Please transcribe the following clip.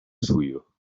suyo